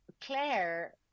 Claire